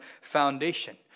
foundation